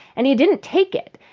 and he didn't take it.